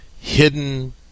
hidden